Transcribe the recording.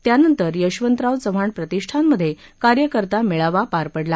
त्यानंतर यशवंतराव चव्हाण प्रतिष्ठानमध्ये कार्यकर्ता मेळावा पार पडला